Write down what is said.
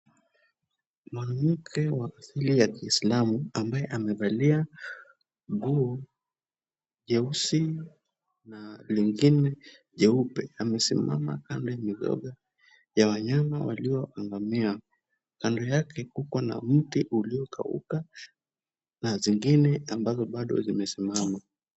Mwanamke wa asilia ya kiislamu ambaye amevalia nguo jeusi na lingine jeupe, amesimama kando ya mizoga ya wanyama walio angamia. Kando yake kuko na mti uliokauka na zingine ambazo bado zimesimama.